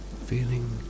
feeling